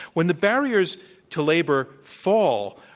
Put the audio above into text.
when thebarriers to labor fall,